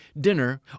dinner